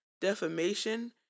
defamation